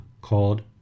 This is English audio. called